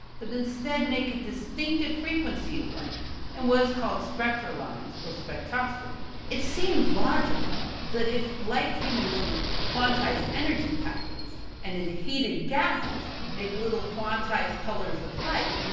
but instead make a distinctive frequency of light and was called spectral lines or spectroscopy. it seemed logical that if light came in little quantized energy packets and if heated gases make little quantized colors of light,